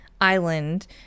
island